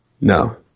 No